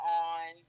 on